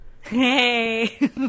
Hey